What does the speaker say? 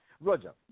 Roger